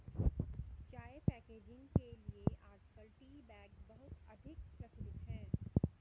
चाय पैकेजिंग के लिए आजकल टी बैग्स बहुत अधिक प्रचलित है